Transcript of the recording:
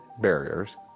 barriers